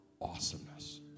awesomeness